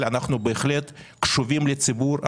אנחנו בהחלט קשובים לציבור.